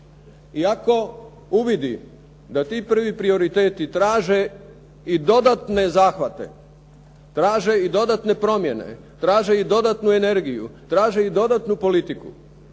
I ako uvidi da ti prvi prioriteti traže i dodatne zahvate, traže i dodatne promjene, traže i dodatnu energiju, traže i dodatnu politiku,